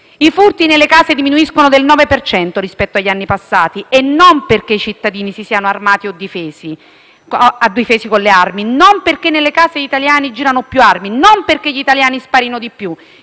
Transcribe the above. I furti nelle case diminuiscono del 9 per cento rispetto agli anni passati e non perché i cittadini si siano armati o difesi con le armi; non perché nelle case degli italiani girino più armi; non perché gli italiani sparino di più.